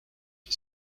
qui